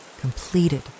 completed